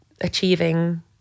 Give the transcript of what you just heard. achieving